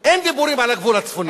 אין דיבורים על הגבול הצפוני.